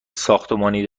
ساختمانی